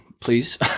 please